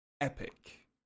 Epic